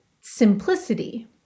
simplicity